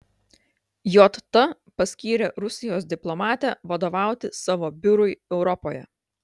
jt paskyrė rusijos diplomatę vadovauti savo biurui europoje